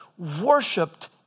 worshipped